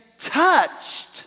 touched